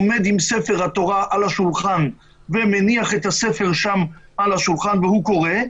עומד עם ספר התורה על השולחן ומניח את הספר שם על השולחן והוא קורא,